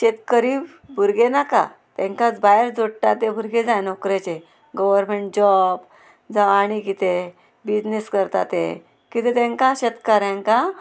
शेतकरी भुरगें नाका तेंकां भायर जोडटा ते भुरगे जाय नोकरेचे गव्हरमेंट जॉब जावं आनी कितें बिजनेस करता ते कित्या तेंकां शेतकाऱ्यांका भितर